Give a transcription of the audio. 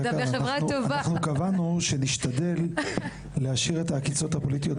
אנחנו קבענו שנשתדל להשאיר את העקיצות הפוליטיות,